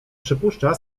przypuszcza